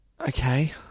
Okay